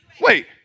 Wait